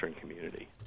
community